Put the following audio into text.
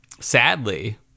Sadly